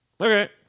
Okay